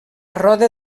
roda